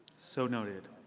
so noted.